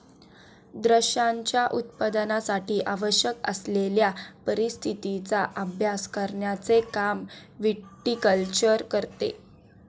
द्राक्षांच्या उत्पादनासाठी आवश्यक असलेल्या परिस्थितीचा अभ्यास करण्याचे काम विटीकल्चर करते